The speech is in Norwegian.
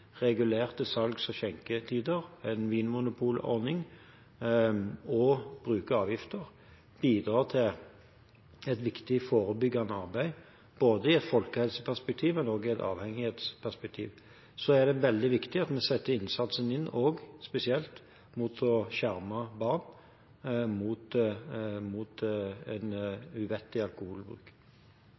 regulerte salgs- og skjenketider, en vinmonopolordning og bruk av avgifter, bidrar til et viktig forebyggende arbeid ikke bare i et folkehelseperspektiv, men også i et avhengighetsperspektiv. Så er det veldig viktig at vi setter innsatsen inn spesielt mot å skjerme barn mot en uvettig alkoholbruk.